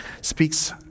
speaks